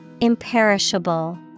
Imperishable